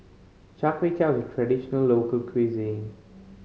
Char Kway Teow is a traditional local cuisine